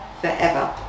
forever